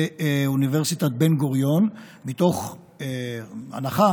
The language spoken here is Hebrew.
באוניברסיטת בן-גוריון, וזה מתוך הנחה